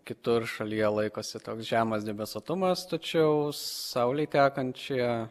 kitur šalyje laikosi toks žemas debesuotumas tačiau saulei tekant šie